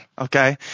okay